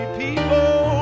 people